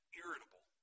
irritable